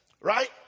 Right